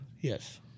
Yes